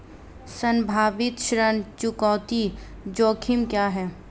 संभावित ऋण चुकौती जोखिम क्या हैं?